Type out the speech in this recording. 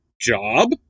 job